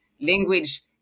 language